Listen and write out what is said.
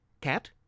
Cat